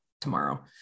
tomorrow